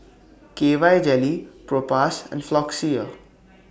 K Y Jelly Propass and Floxia